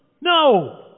No